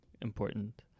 important